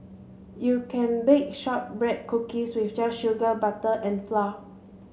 you can bake shortbread cookies with just sugar butter and flour